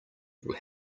will